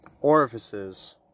Orifices